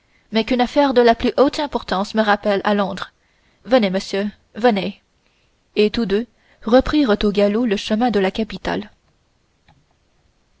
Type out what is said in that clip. mais qu'une affaire de la plus haute importance me rappelle à londres venez monsieur venez et tous deux reprirent au galop le chemin de la capitale